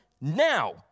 now